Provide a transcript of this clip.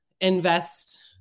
invest